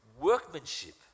workmanship